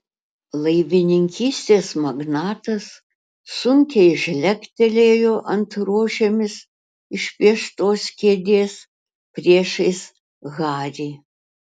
laivininkystės magnatas sunkiai žlegtelėjo ant rožėmis išpieštos kėdės priešais harį